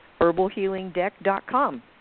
herbalhealingdeck.com